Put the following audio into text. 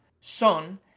son